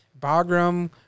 Bagram